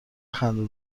خنده